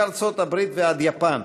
מארצות הברית ועד יפן,